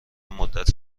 مدت